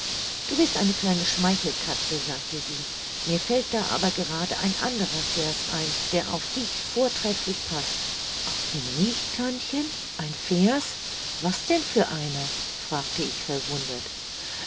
du bist eine kleine schmeichelkatze sagte sie mir fällt da aber gerade ein anderer vers ein der auf dich vortrefflich paßt auf mich tantchen ein vers was denn für einer fragte ich verwundert